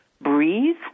breathe